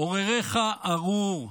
"ארריך ארור",